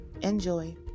Enjoy